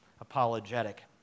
apologetic